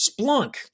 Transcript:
Splunk